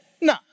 no